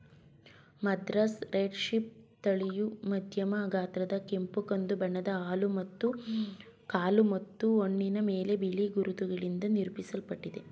Madras red sheep ತಳಿಯು ಮಧ್ಯಮ ಗಾತ್ರದ ಕೆಂಪು ಕಂದು ಬಣ್ಣದ ಕಾಲು ಮತ್ತು ಹಣೆಯ ಮೇಲೆ ಬಿಳಿ ಗುರುತುಗಳಿಂದ ನಿರೂಪಿಸಲ್ಪಟ್ಟಿದೆ